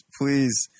please